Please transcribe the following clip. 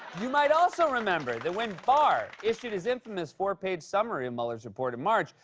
you might also remember that when barr issued his infamous four-page summary of mueller's report in march,